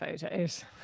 photos